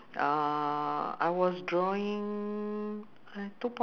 he's been in the west so he has been staying in the west all his life